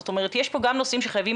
זאת אומרת יש פה גם נושאים שחייבים